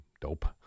dope